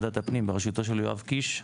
ועדת הפנים בראשותו של יואב קיש,